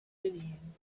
whinnying